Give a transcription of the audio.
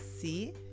see